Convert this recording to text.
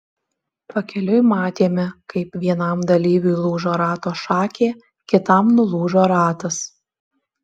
pakeliui matėme kaip vienam dalyviui lūžo rato šakė kitam nulūžo ratas